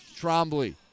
Trombley